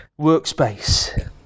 workspace